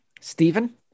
Stephen